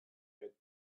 get